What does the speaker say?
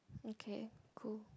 okay cool